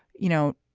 you know,